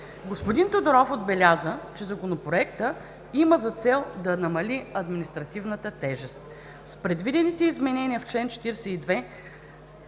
Господин Тодоров отбеляза, че Законопроектът има за цел да намали административната тежест. С предвидените изменения в чл. 42